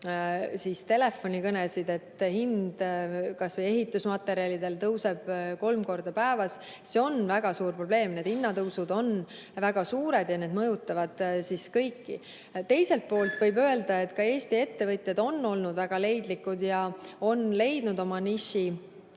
saavad telefonikõnesid, et hind, kasvõi ehitusmaterjalidel, tõuseb kolm korda päevas. See on väga suur probleem. Need hinnatõusud on väga suured ja need mõjutavad kõiki. Teiselt poolt võib öelda, et ka Eesti ettevõtjad on olnud väga leidlikud ja on leidnud oma niši